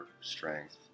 strength